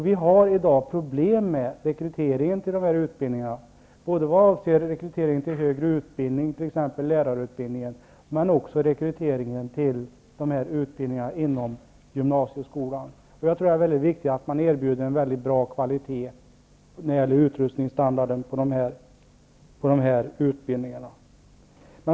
Vi har i dag problem med rekryteringen till dessa utbildningar, både vad avser högre utbildning, t.ex. lärarutbildningen, och utbildningen inom gymnasieskolan. Jag tror att det är mycket viktigt att man erbjuder en mycket hög utrustningsstandard när det gäller dessa utbildningar.